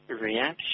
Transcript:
reaction